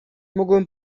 mógłbym